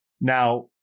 Now